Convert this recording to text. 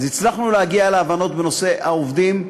אז הצלחנו להגיע להבנות בנושא העובדים.